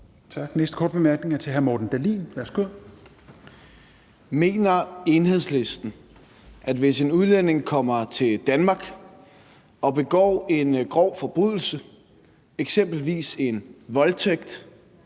Næste korte bemærkning er til hr. Morten Dahlin. Værsgo. Kl. 16:41 Morten Dahlin (V): Mener Enhedslisten, at hvis en udlænding kommer til Danmark og begår en grov forbrydelse, eksempelvis en voldtægt,